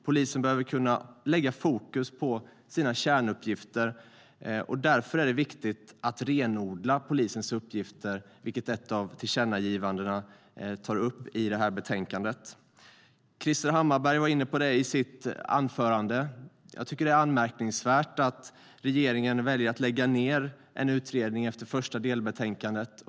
Polisen behöver kunna lägga fokus på sina kärnuppgifter. Därför är det viktigt att renodla polisens uppgifter, vilket ett av tillkännagivandena i det här betänkandet tar upp. Krister Hammarbergh var inne på det i sitt anförande. Jag tycker att det är anmärkningsvärt att regeringen väljer att lägga ned en utredning efter det första delbetänkandet.